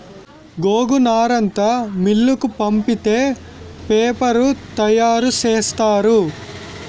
గోగునారంతా మిల్లుకు పంపితే పేపరు తయారు సేసేత్తారు